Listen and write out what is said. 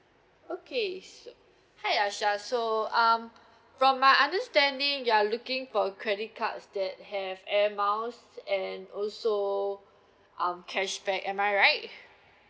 okay sure hi aisyah so um from my understanding you are looking for credit cards that have air miles and also um cashback am I right